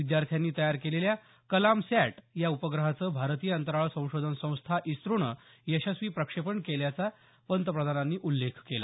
विद्यार्थ्यांनी तयार केलेल्या कलामसॅट या उपग्रहाचं भारतीय अंतराळ संशोधन संस्था इस्रोनं यशस्वी प्रक्षेपण केल्याचा पंतप्रधानांनी उल्लेख केला